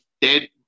dead